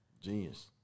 Genius